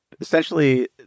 Essentially